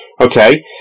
Okay